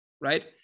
Right